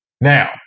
Now